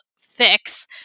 fix